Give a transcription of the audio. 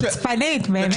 חוצפנית באמת.